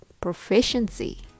PROFICIENCY